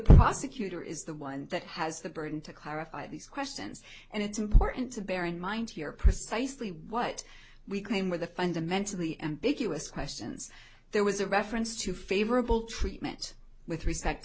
prosecutor is the one that has the burden to clarify these questions and it's important to bear in mind here precisely what we came with a fundamentally ambiguous questions there was a reference to favorable treatment with respect to